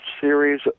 series